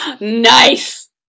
Nice